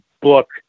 book